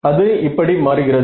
அது இப்படி மாறுகிறது